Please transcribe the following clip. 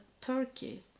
turkey